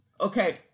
okay